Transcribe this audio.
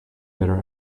bitter